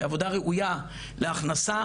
כעבודה ראויה להכנסה,